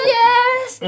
yes